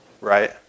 right